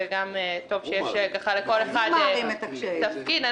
טוב שיש לכל אחד תפקיד.